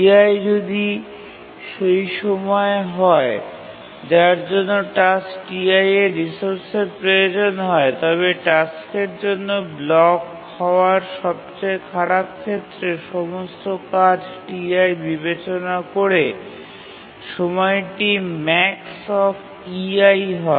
Ei যদি সেই সময় হয় যার জন্য টাস্ক Ti এর রিসোর্সের প্রয়োজন হয় তবে টাস্কের জন্য ব্লক হওয়ার সবচেয়ে খারাপ ক্ষেত্রে সমস্ত কাজ Ti বিবেচনা করে সময়টি max হয়